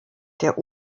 der